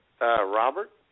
Robert